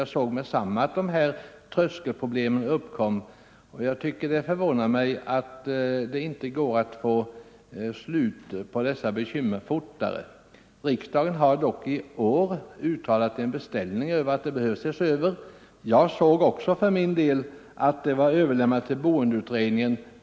Jag såg med detsamma att dessa tröskelproblem skulle uppkomma. Det förvånar mig att det inte går att få slut på dessa bekymmer fortare. Riksdagen har dock i år gjort en beställning — att frågan skall ses över. Jag såg också att den var överlämnad till boendeutredningen.